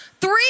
three